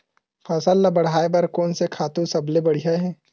फसल ला बढ़ाए बर कोन से खातु सबले बढ़िया हे?